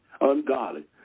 ungodly